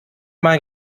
mal